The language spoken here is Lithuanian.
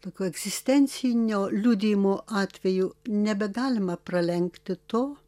tokio egzistencinio liudijimo atveju nebegalima pralenkti to